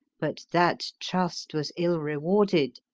but that trust was ill-rewarded,